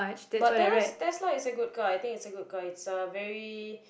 but Telas Tesla is a good car I think it's a good car it's a very